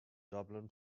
dublin